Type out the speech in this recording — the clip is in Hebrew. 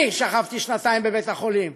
אני שכבתי שנתיים בבית-החולים,